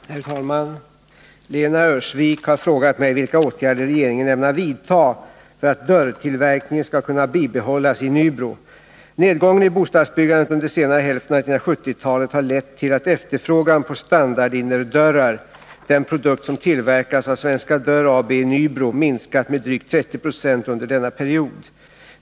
Herr talman! Lena Öhrsvik har frågat mig vilka åtgärder regeringen ämnar vidta för att dörrtillverkningen skall kunna bibehållas i Nybro. Nedgången i bostadsbyggandet under senare hälften av 1970-talet har lett till att efterfrågan på standardinnerdörrar — den produkt som tillverkas av Svenska Dörr AB i Nybro — minskat med drygt 30 96 under denna period.